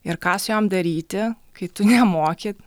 ir ką su jom daryti kai tu nemoki